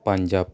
Punjab